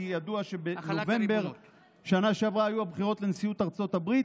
כי ידוע שבנובמבר בשנה שעברה היו הבחירות לנשיאות ארצות הברית,